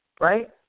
Right